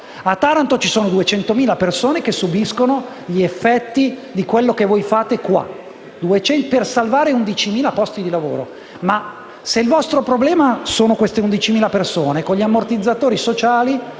A Taranto ci sono 200.000 persone che subiscono gli effetti di quello che voi fate qua, per salvare 11.000 posti di lavoro. Ma se il vostro problema sono queste 11.000 persone, con gli ammortizzatori sociali